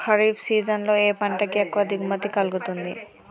Kharif season లో ఏ పంట కి ఎక్కువ దిగుమతి కలుగుతుంది?